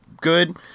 good